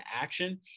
action